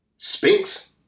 Sphinx